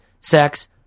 sex